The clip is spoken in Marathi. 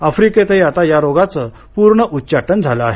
अफ्रिकेतही आता या रोगाचं आता पूर्ण उच्चाटन झालं आहे